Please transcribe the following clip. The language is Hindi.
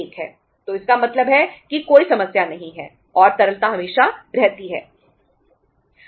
तो इसका मतलब है कि कोई समस्या नहीं है और तरलता हमेशा रहती है